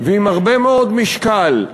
ועם הרבה מאוד משקל,